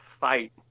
fight